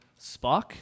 Spock